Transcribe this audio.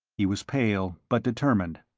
he was pale, but determined.